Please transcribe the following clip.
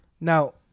Now